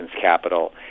capital